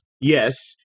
Yes